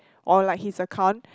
or like his account